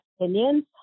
opinions